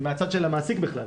הם מהצד של המעסיק בכלל,